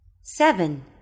seven